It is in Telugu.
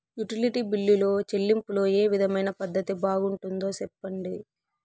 యుటిలిటీ బిల్లులో చెల్లింపులో ఏ విధమైన పద్దతి బాగుంటుందో సెప్పండి?